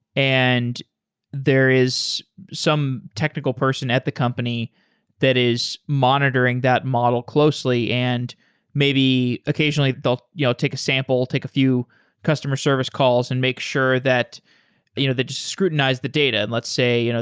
and there is some technical person at the company that is monitoring. that model closely, and may be occasionally they'll you know take a sample, take a few customer service calls and make sure that you know that just scrutinize the data. and let's say, you know